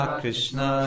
krishna